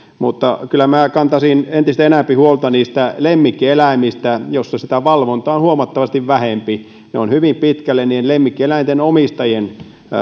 mutta kyllä minä kantaisin entistä enempi huolta niistä lemmikkieläimistä joissa sitä valvontaa on huomattavasti vähempi on hyvin pitkälle niiden lemmikkieläinten omistajien